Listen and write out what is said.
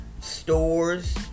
stores